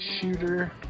Shooter